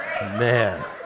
Man